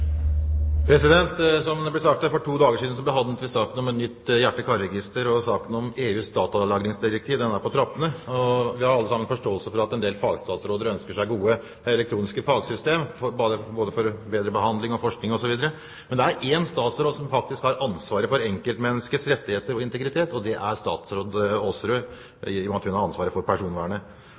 for to dager siden en sak om nytt hjerte- og karregister, og saken om EUs datalagringsdirektiv er på trappene. Vi har alle sammen forståelse for at en del fagstatsråder ønsker seg gode elektroniske fagsystemer for bedre behandling, forskning osv. Men det er én statsråd som faktisk har ansvaret for enkeltmenneskets rettigheter og integritet, og det er statsråd Aasrud, i og med at hun har ansvaret for personvernet.